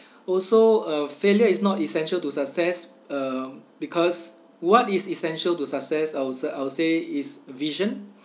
also uh failure is not essential to success uh because what is essential to success I would s~ I would say is vision